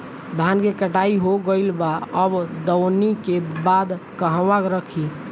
धान के कटाई हो गइल बा अब दवनि के बाद कहवा रखी?